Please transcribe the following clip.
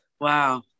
Wow